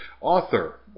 author